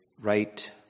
right